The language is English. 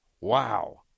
Wow